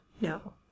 No